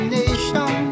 nation